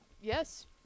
Yes